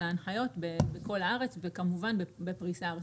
ההנחיות בכל הארץ וכמובן בפריסה ארצית.